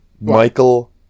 Michael